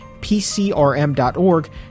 pcrm.org